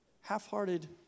half-hearted